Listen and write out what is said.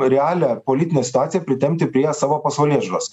realią politinę situaciją pritempti prie savo pasaulėžiūros